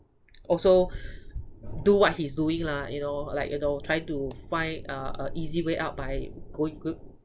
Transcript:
also do what he's doing lah you know like you know trying to find a a easy way out by going good